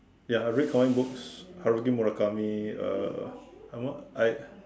ya I read comic books Haruki-Murakami uh and what I